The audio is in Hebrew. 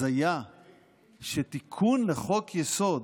הזיה שתיקון לחוק-יסוד,